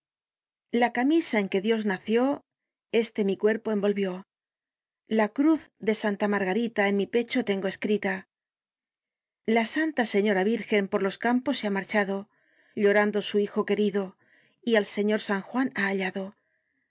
la camisa en que dios nació este mi cuerpo envolvió la cruz de santa margarita en mi pecho tengo escrita la santa señora virgen por los campos se ha marchado llorando su hijo querido y al señor san juan ha hallado